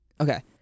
okay